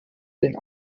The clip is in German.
den